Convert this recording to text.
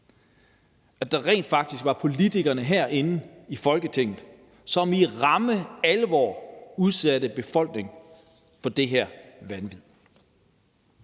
at der rent faktisk var politikere herinde i Folketinget, som i ramme alvor udsatte befolkningen for det her vanvid.